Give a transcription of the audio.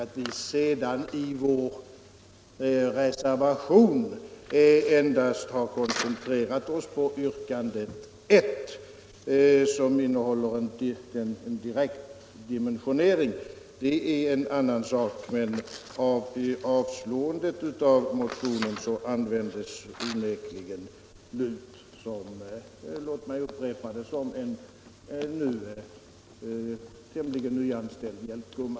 Att vi sedan i vår reservation har koncentrerat oss på det första yrkandet, som innehåller en direkt dimensionering, är en annan sak. För avstyrkandet av motionen används emellertid onekligen LUT, låt mig upprepa det, som en tämligen nyanställd hjälpgumma.